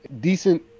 Decent